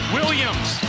Williams